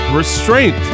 restraint